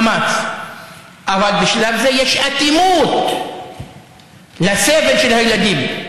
אבל בשלב זה יש אטימות לסבל של הילדים.